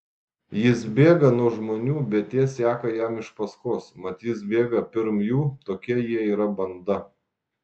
jis bėga nuo žmonių bet tie seka jam iš paskos mat jis bėga pirm jų tokia jie yra banda